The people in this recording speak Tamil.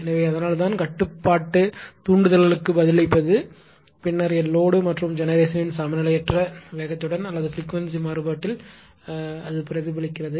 எனவே அதனால்தான் கட்டுப்பாட்டு தூண்டுதல்களுக்குப் பதிலளிப்பது பின்னர் லோடு மற்றும் ஜெனெரேஷனின் சமநிலையற்ற வேகத்துடன் அல்லது பிரிகுவென்ஸி மாறுபாட்டில் பிரதிபலிக்கிறது